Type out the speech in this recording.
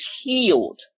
healed